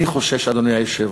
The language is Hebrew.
אני חושש, אדוני היושב-ראש,